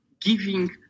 giving